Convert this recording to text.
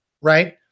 right